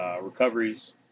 recoveries